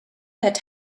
that